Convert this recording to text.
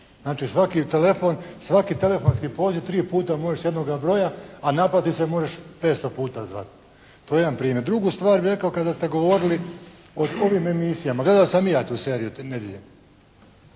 Znači, svaki telefonski poziv tri puta možeš s jednoga broja a naplati se, možeš petsto puta zvati. To je jedan primjer. Drugu stvar bih rekao kada ste govorili o ovim emisijama. Gledao sam i ja tu seriju te nedjelje